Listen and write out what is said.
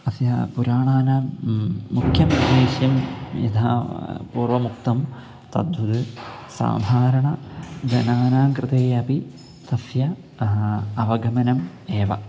अस्य पुराणानां मुख्यं विषयं यथा पूर्वमुक्तं तद्वद् साधारणजनानां कृते अपि तस्य अवगमनम् एव